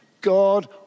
God